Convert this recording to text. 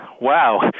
Wow